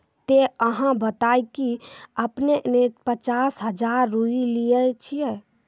ते अहाँ बता की आपने ने पचास हजार रु लिए छिए?